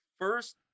first